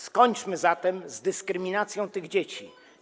Skończmy zatem z dyskryminacją tych dzieci.